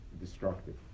destructive